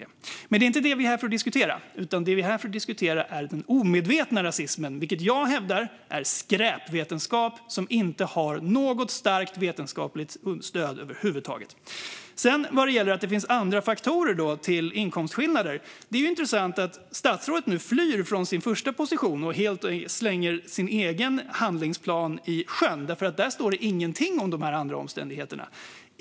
Men det är inte detta som vi är här för att diskutera, utan det som vi är här för att diskutera är den omedvetna rasismen, vilket jag hävdar är skräpvetenskap som inte har något starkt vetenskapligt stöd över huvud taget. Vad gäller att det finns andra faktorer bakom inkomstskillnader är det intressant att statsrådet nu flyr från sin första position och helt slänger sin egen handlingsplan i sjön. Där står ingenting om de andra omständigheterna.